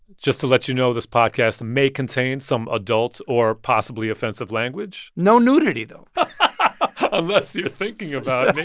just to let you know, this podcast may contain some adult or possibly offensive language no nudity, though unless you're thinking about yeah